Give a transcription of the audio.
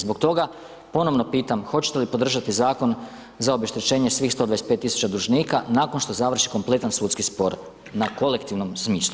Zbog toga ponovno pitam, hoćete li podržati zakon za obeštećenje svih 150 tisuća dužnika nakon što završi kompletan sudski spor na kolektivnom smislu.